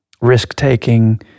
risk-taking